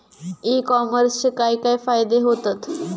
E कॉमर्सचे काय काय फायदे होतत?